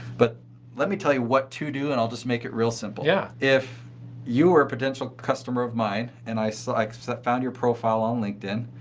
but let me tell you what to do and i'll just make it real simple. yeah. if you were a potential customer of mine and i so like found your profile on linkedin,